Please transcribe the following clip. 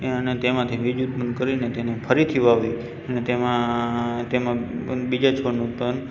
અને તેમાંથી બીજ ઉત્પાદન કરી તેને ફરીથી વાવીએ અને તેમાં બીજા છોડનું ઉત્પાદન